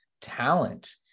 talent